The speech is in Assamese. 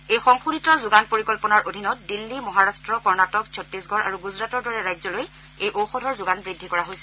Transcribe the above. এই সংশোধিত যোগান পৰিকল্পনাৰ অধীনত দিল্লী মহাৰাট্ট কৰ্ণাটক ছিত্তশগড় আৰু গুজৰাটৰ দৰে ৰাজ্যলৈ এই ঔষধৰ যোগান বৃদ্ধি কৰা হৈছে